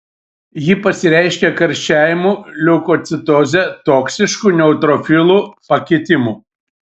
ji pasireiškia karščiavimu leukocitoze toksišku neutrofilų pakitimu